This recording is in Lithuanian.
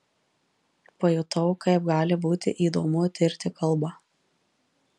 pajutau kaip gali būti įdomu tirti kalbą